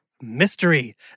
Mystery